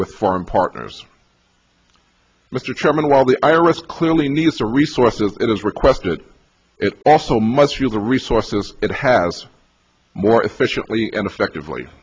with foreign partners mr chairman while the i r s clearly needs to resources it has requested it also must feel the resources it has more efficiently and effectively